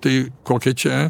tai kokia čia